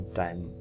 time